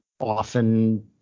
often